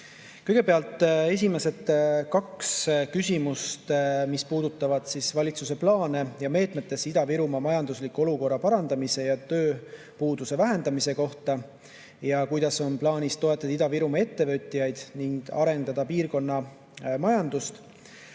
Kõigepealt, esimesed kaks küsimust puudutavad valitsuse plaane ja meetmeid Ida-Virumaa majandusliku olukorra parandamise ja tööpuuduse vähendamise kohta ning seda, kuidas on plaanis toetada Ida-Virumaa ettevõtjaid ja arendada piirkonna majandust.